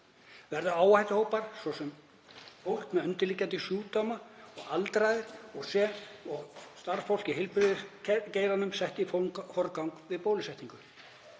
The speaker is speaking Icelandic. Verða áhættuhópar, svo sem fólk með undirliggjandi sjúkdóma, aldraðir og starfsfólk í heilbrigðisgeiranum, settir í forgang við bólusetningu?